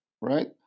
right